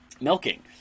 milking